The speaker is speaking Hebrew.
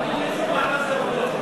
אדוני, לאיזו ועדה זה עובר?